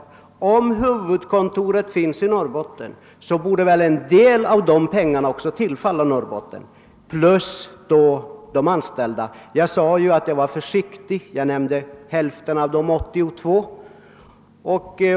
Ligger huvudkontoret i Norrbotten borde väl en del av kommunalskattemedlen tillfalla Norrbotten och dessutom skatten på de anställdas inkomster. Jag sade att jag var försiktig och räknade med hälften av de 82 personerna.